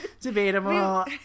Debatable